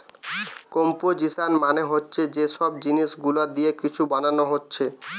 composition মানে হচ্ছে যে সব জিনিস গুলা দিয়ে কিছু বানাচ্ছে